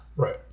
right